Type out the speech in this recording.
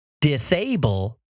disable